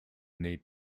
need